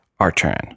Artran